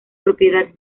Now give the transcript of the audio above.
propiedad